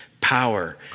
power